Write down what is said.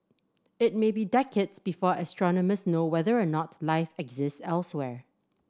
it may be decades before astronomers know whether or not life exists elsewhere